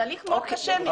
זה הליך מאוד קשה מבחינתם,